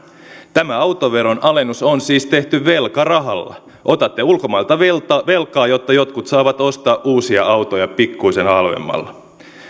tämä autoveron alennus on siis tehty velkarahalla otatte ulkomailta velkaa velkaa jotta jotkut saavat ostaa uusia autoja pikkuisen halvemmalla